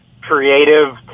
creative